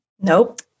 nope